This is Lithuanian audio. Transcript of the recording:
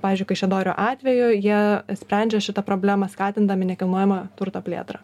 pavyzdžiui kaišiadorių atveju jie sprendžia šitą problemą skatindami nekilnojamo turto plėtrą